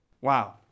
Wow